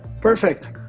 Perfect